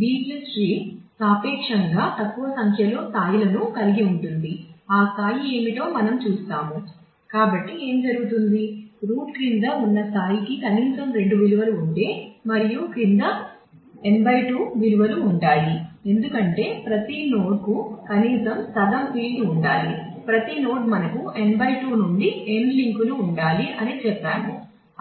B tree సాపేక్షంగా ఉండాలి అని చెప్పాము